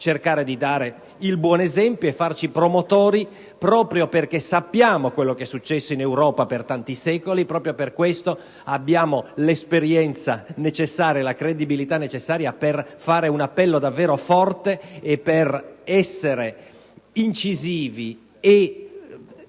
cercare di dare il buon esempio e farci promotori, proprio perché sappiamo quel che è successo in Europa per tanti secoli e quindi abbiamo l'esperienza e la credibilità necessarie per rivolgere un appello davvero forte e per essere incisivi e